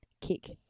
kick